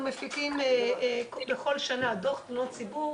אנחנו מפיקים בכל שנה דוח תלונות ציבור.